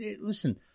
Listen—